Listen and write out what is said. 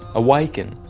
awaken,